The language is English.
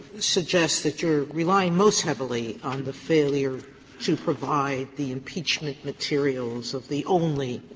suggests that you're relying most heavily on the failure to provide the impeachment materials of the only